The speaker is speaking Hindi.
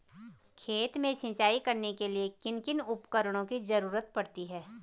खेत में सिंचाई करने के लिए किन किन उपकरणों की जरूरत पड़ती है?